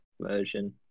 version